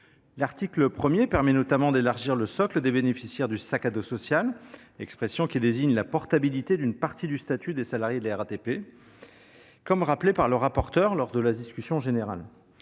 L’article 1 permet notamment d’élargir le socle des bénéficiaires du « sac à dos social », expression qui désigne la portabilité d’une partie du statut des salariés de la RATP, comme l’a rappelé M. le rapporteur voilà quelques instants.